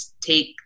take